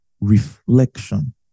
reflection